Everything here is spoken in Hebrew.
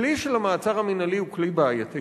הכלי של המעצר המינהלי הוא כלי בעייתי.